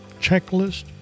checklist